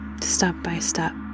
step-by-step